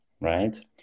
right